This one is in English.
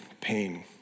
pain